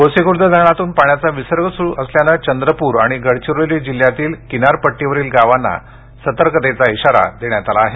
गोसीखुर्द धरणातून पाण्याचा विसर्ग सुरू असल्याने चंद्रपूर आणि गडचिरोली जिल्ह्यातील किनारपट्टीवरील गावांना सतर्कतेचा इशारा देण्यात आला आहे